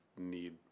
need